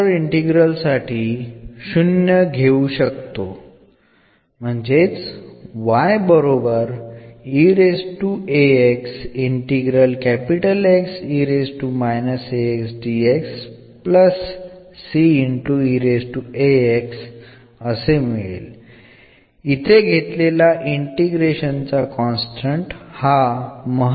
ഇതിൽ ഇവിടെ constant of integration പ്രധാനമല്ല